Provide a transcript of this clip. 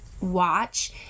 watch